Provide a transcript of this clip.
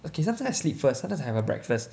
okay sometimes I sleep first sometimes I have a breakfast